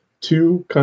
two